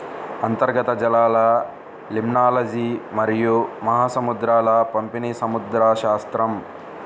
అంతర్గత జలాలలిమ్నాలజీమరియు మహాసముద్రాల పంపిణీసముద్రశాస్త్రం